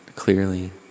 Clearly